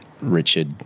Richard